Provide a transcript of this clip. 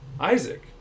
Isaac